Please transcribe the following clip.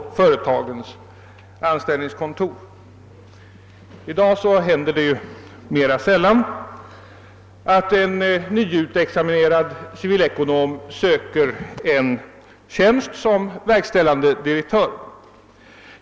I dag händer det mera sällan att en nyutexaminerad civilekonom söker en tjänst som verkställande direktör.